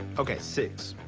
okay, six.